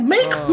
Make